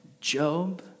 Job